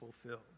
fulfilled